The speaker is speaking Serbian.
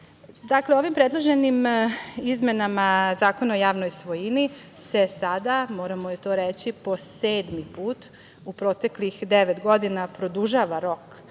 godine. Dakle, ovim predloženim izmenama Zakona o javnoj svojini se sada, moramo i to reći, po sedmi put u proteklih devet godina produžava rok